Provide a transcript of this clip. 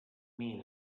mean